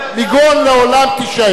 מגרון לעולם תשב.